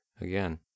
again